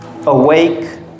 Awake